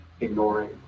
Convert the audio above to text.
ignoring